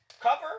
cover